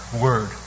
word